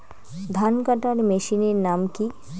ধান কাটার মেশিনের নাম কি?